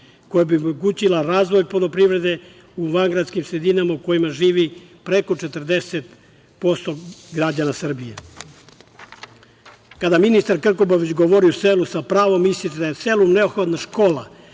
koja bi omogućila razvoj poljoprivrede u vangradskim sredinama u kojima živi preko 40% građana Srbije. Kada ministar Krkobabić govori o selu, sa pravom mislite da je selu neophodna škola,